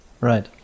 Right